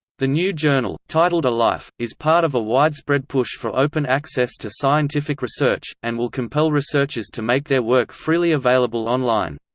the new journal, titled elife, is part of a widespread push for open access to scientific research, and will compel researchers to make their work freely available online.